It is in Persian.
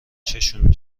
چششون